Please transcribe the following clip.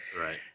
Right